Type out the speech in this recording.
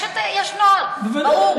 יש נוהל ברור.